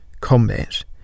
combat